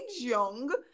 young